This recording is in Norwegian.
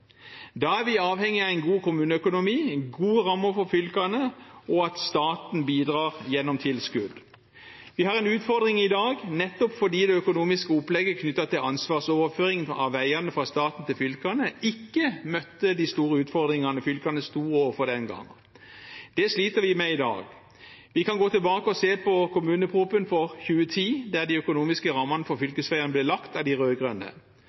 Da er vi avhengig av en god kommuneøkonomi, gode rammer for fylkene og at staten bidrar gjennom tilskudd. Vi har en utfordring i dag nettopp fordi det økonomiske opplegget knyttet til ansvarsoverføringen av veiene fra staten til fylkene ikke møtte de store utfordringene fylkene sto overfor den gangen. Det sliter vi med i dag. Vi kan gå tilbake og se på kommuneproposisjonen for 2010, der de økonomiske rammene for fylkesveiene ble lagt av de